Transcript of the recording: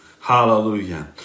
Hallelujah